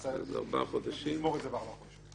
אז נגמור את זה בארבעה חודשים.